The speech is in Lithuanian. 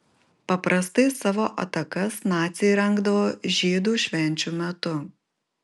paprastai savo atakas naciai rengdavo žydų švenčių metu